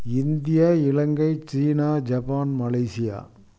India இலங்கை சீனா Japan Malaysia